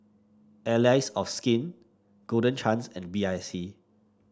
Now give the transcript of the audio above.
Allies of Skin Golden Chance and B I C